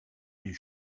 met